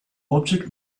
object